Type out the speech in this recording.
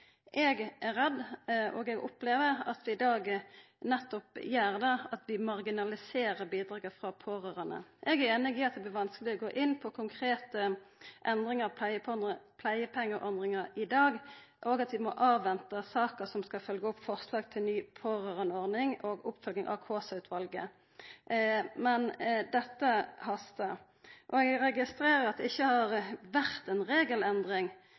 Eg er redd – og eg opplever – at vi i dag nettopp gjer det, at vi marginialiserer bidraget frå pårørande. Eg er einig i at det blir vanskeleg å gå inn på konkrete endringar i pleiepengeordninga i dag, og at vi må avventa saka som skal følgja opp forslag til ny pårørandeordning og Kaasa-utvalets utgreiing, men dette hastar. Eg registrerer at det ikkje har vore ei regelendring,